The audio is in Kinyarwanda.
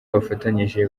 bafatanyije